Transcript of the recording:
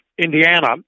Indiana